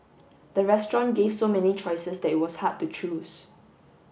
the restaurant gave so many choices that it was hard to choose